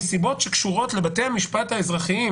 מסיבות שקשורות לבתי המשפט האזרחיים,